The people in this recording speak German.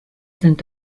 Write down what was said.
sind